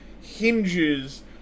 hinges